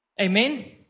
Amen